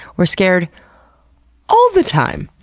we're scared all the time!